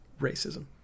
racism